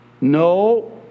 No